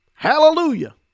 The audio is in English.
Hallelujah